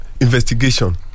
investigation